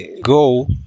go